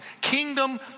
kingdom